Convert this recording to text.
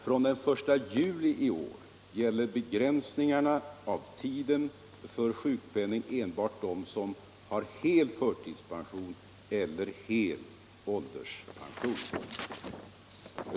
Från den 1 juli i år gäller begränsningarna av tiden för sjukpenning enbart dem som har hel förtidspension eller hel ålderspension.